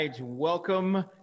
Welcome